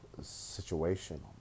situation